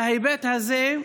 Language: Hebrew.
מההיבט הזה,